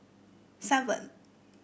seven